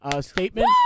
statement